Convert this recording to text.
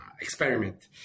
experiment